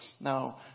now